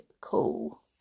cool